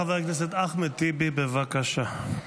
חבר הכנסת אחמד טיבי, בבקשה.